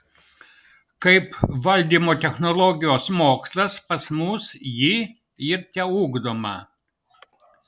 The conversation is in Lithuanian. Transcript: kaip valdymo technologijos mokslas pas mus ji ir teugdoma